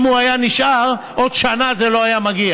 אם הוא היה נשאר, עוד שנה זה לא היה מגיע.